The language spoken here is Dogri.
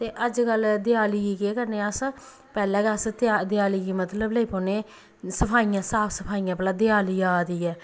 ते अजकल्ल देआली गी केह् करने अस पैह्ले गै अस देआली गी मतलब लेई पौने सफाइयां साफ सफाइयां भला देआली आ दी ऐ